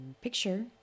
picture